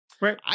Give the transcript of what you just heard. Right